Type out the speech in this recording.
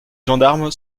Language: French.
gendarme